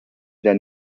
that